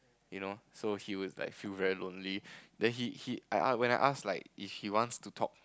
you know so he would like feel very lonely then he he I ask when I ask if he wants to talk